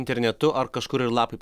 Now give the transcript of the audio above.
internetu ar kažkur ir lapai